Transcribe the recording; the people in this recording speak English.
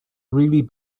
really